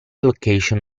location